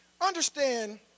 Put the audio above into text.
understand